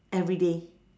everyday